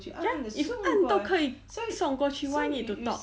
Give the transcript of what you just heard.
just if 按都可以送过去 why need to talk